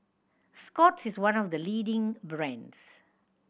Scott's is one of the leading brands